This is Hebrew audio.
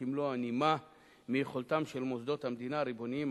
כמלוא הנימה מיכולתם של מוסדות המדינה הריבוניים,